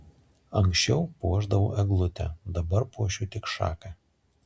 anksčiau puošdavau eglutę dabar puošiu tik šaką